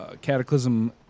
Cataclysm